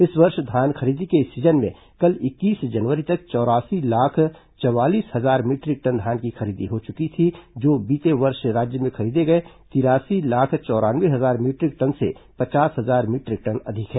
इस वर्ष धान खरीदी के इस सीजन में कल इक्कीस जनवरी तक चौरासी लाख चवालीस हजार मीटरिक टन धान की खरीदी हो चुकी थी जो बीते वर्ष राज्य में खरीदे गए तिरासी लाख चौरानवे हजार मीटरिक टन से पचास हजार मीटरिक टन अधिक है